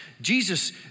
Jesus